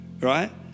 right